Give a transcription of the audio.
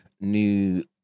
new